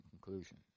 conclusion